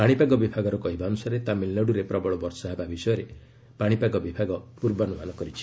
ପାଣିପାଗ ବିଭାଗର କହିବା ଅନୁସାରେ ତାମିଲନାଡୁରେ ପ୍ରବଳ ବର୍ଷା ହେବା ବିଷୟରେ ପାଣିପାଗ ବିଭାଗ ପୂର୍ବାନ୍ତମାନ କରିଛି